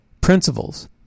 principles